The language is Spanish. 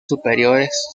superiores